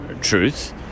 truth